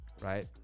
Right